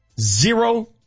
Zero